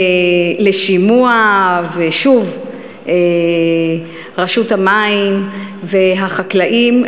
לשימוע, ושוב, רשות המים והחקלאים,